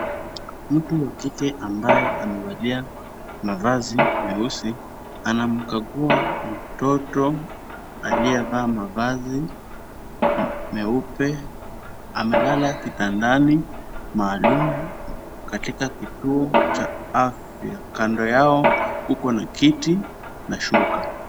Mtu wa kike ambaye amevalia mavazi meusi, anamkagua mtoto aliyevaa mavazi meupe. Amelala kitandani maalum katika kituo cha afya. Kando yao kuko na kiti na shuka.